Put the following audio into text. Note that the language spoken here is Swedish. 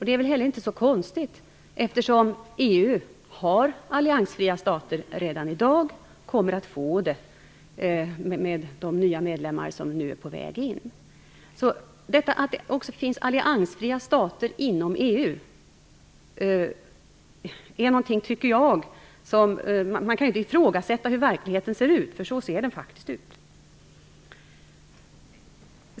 Det är väl inte heller så konstigt, eftersom EU har alliansfria stater som medlemmar redan i dag och kommer att få det också med de nya medlemmar som nu är på väg in. Att det också finns alliansfria stater inom EU tycker jag är någonting som man inte kan ifrågasätta, eftersom verkligheten faktiskt ser ut så.